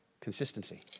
consistency